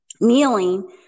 kneeling